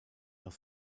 nach